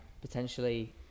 Potentially